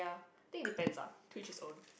I think it depends ah to each his own